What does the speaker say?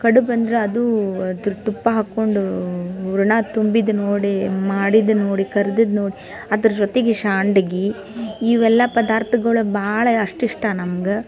ಕಡುಬು ಅಂದ್ರೆ ಅದು ಅದ್ರ ತುಪ್ಪ ಹಾಕ್ಕೊಂಡು ಹೂರಣ ತುಂಬಿದ್ದು ನೋಡಿ ಮಾಡಿದ್ದು ನೋಡಿ ಕರ್ದಿದ್ದು ನೋಡಿ ಅದ್ರ ಜೊತೆಗೆ ಸಂಡ್ಗಿ ಇವೆಲ್ಲ ಪದಾರ್ಥಗಳು ಭಾಳ ಅಷ್ಟು ಇಷ್ಟ ನಮ್ಗೆ